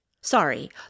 Sorry